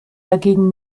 dagegen